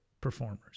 performers